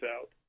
out